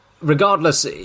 regardless